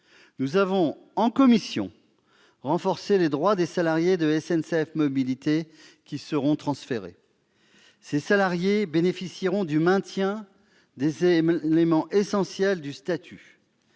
Nous avons, en commission, renforcé les droits des salariés de SNCF Mobilités qui seront transférés. Ces salariés bénéficieront du maintien des éléments essentiels du statut